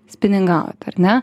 spiningaujat ar ne